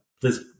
please